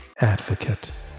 Advocate